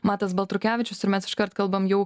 matas baltrukevičius ir mes iškart kalbam jau